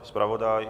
Zpravodaj?